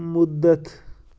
مُدتھ